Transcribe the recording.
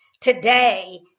today